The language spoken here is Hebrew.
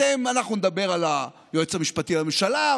אנחנו נדבר על היועץ המשפטי לממשלה,